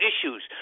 issues